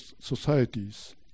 societies